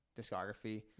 discography